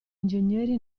ingegneri